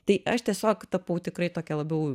tai aš tiesiog tapau tikrai tokia labiau